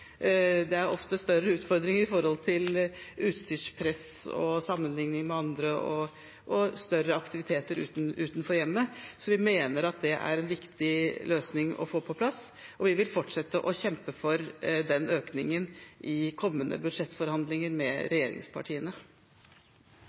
ofte større utfordringer knyttet til utstyrspress og sammenligning med andre og større aktivitet utenfor hjemmet. Så vi mener at det er en viktig løsning å få på plass, og vi vil fortsette å kjempe for den økningen i kommende budsjettforhandlinger med